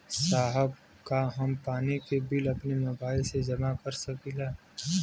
साहब का हम पानी के बिल अपने मोबाइल से ही जमा कर सकेला?